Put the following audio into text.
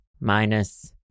minus